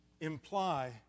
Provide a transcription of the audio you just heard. imply